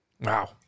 Wow